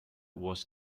was